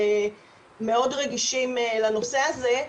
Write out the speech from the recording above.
ומאוד רגישים לנושא הזה.